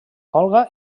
olga